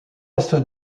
est